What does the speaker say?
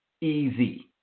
easy